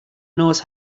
knows